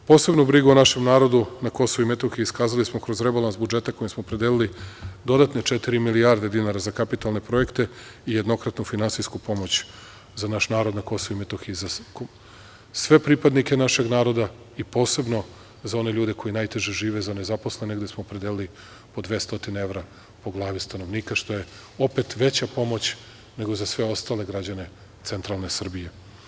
Posebnu brigu o našem narodu na Kosovu i Metohiji iskazali smo kroz rebalans budžeta kojim smo opredelili dodatne četiri milijarde dinara za kapitalne projekte i jednokratnu finansijsku pomoć za naš narod na Kosovu i Metohiji, za sve pripadnike našeg naroda i posebno za one ljude koji najteže žive, za nezaposlene gde smo opredelili po 200 evra po glavi stanovnika, što je opet veća pomoć nego za sve ostale građane centralne Srbije.